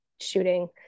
shooting